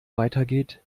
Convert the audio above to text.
weitergeht